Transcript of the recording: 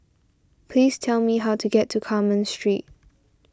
please tell me how to get to Carmen Street